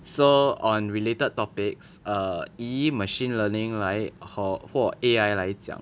so on related topics err E machine learning like or 或 A_I 来讲